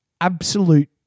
absolute